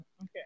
Okay